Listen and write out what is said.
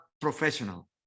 professional